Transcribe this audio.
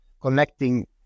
connecting